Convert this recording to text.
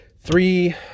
three